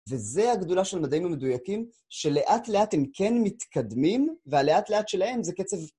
וזו הגדולה של מדעים מדויקים שלאט לאט הם כן מתקדמים והלאט לאט שלהם זה קצב...